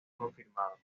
confirmado